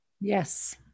yes